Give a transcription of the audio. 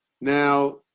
Now